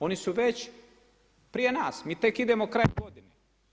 Oni su već prije nas, mi tek idemo krajem godine.